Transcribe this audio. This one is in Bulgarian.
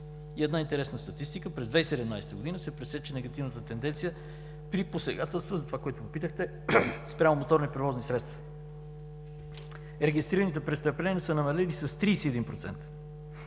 И една интересна статистика – през 2017 г. се пресече негативната тенденция при посегателства, това, за което попитахте, спрямо моторни превозни средства. Регистрираните престъпления са намалели с 31%